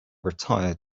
retire